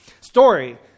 Story